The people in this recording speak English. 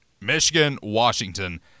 Michigan-Washington